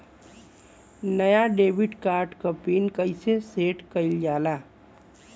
नया debit card क pin कईसे सेट कईल जाला?